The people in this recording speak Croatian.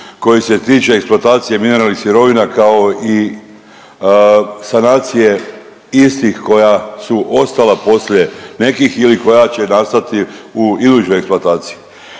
koji se tiče eksploatacije mineralnih sirovina, kao i sanacije istih koja su ostala poslije nekih ili koja će nastati u idućoj eksploataciji.